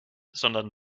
sondern